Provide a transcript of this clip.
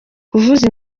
kuvuza